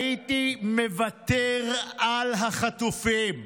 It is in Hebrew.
הייתי מוותר על החטופים,